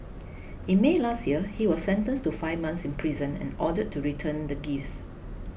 in May last year he was sentenced to five months in prison and ordered to return the gifts